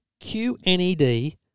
QNED